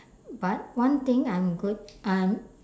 but one thing I'm good I'm